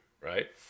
right